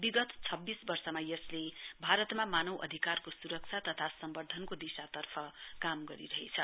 विगत छब्बीस वर्षमा यसले भारतमा मानव अधिकारको सुरक्षा तथा सम्वर्ध्दनको दिशातर्फ काम गरिरहेछ